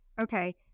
Okay